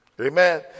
Amen